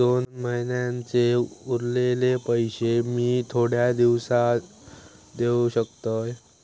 दोन महिन्यांचे उरलेले पैशे मी थोड्या दिवसा देव शकतय?